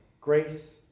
Grace